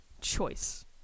choice